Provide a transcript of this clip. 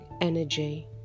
energy